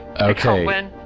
Okay